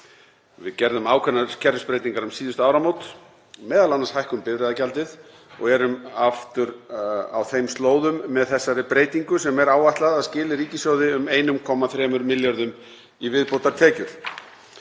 Við gerðum ákveðnar kerfisbreytingar um síðustu áramót, m.a. hækkuðum bifreiðagjaldið, og erum aftur á þeim slóðum með þessari breytingu sem er áætlað að skili ríkissjóði um 1,3 milljörðum í viðbótartekjur.